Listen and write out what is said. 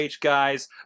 guys